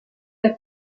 der